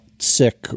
Sick